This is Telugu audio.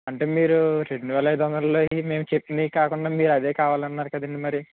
అంటే మీరు రెండు వేల ఐదు వందలోవి మేము చెప్పినవి కాకుండా మీరు అదే కావాలన్నారు కదండి మరి